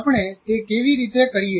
આપણે તે કેવી રીતે કરીએ